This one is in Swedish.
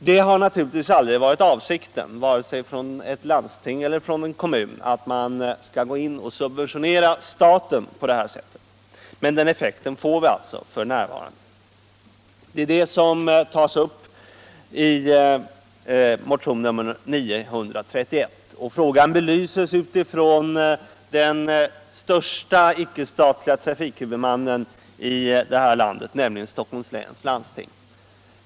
Det har naturligtvis aldrig varit avsikten vare sig hos ett landsting eller en kommun att subventionera staten på detta sätt. Men den effekten får vi alltså f.n. Frågan belyses utifrån den största icke-statliga trafikhuvudmannen, nämligen Stockholms läns landsting.